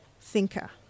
thinker